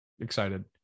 excited